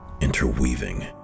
interweaving